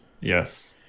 Yes